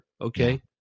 Okay